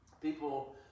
people